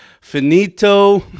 finito